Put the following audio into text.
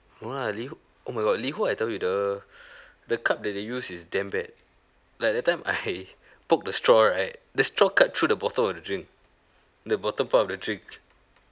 no lah liho oh my god liho I tell you the the cup that they use is damn bad like that time I poke the straw right the straw cut through the bottom of the drink the bottom part of the drink